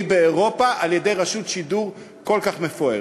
באירופה על-ידי רשות שידור כל כך מפוארת.